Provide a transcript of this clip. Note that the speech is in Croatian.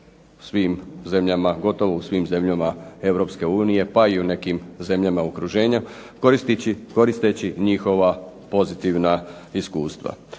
svim zemljama, gotovo u svim zemljama Europske unije pa i u nekim zemljama u okruženju koristeći njihova pozitivna iskustva.